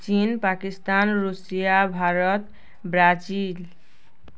ଚୀନ୍ Pakistan Russia Bharat Brazil